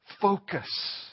focus